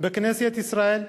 בכנסת ישראל.